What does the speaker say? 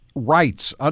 rights